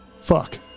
fuck